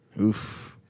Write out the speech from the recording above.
oof